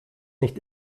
nicht